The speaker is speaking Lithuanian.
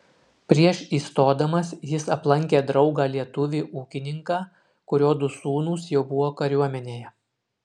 prieš įstodamas jis aplankė draugą lietuvį ūkininką kurio du sūnūs jau buvo kariuomenėje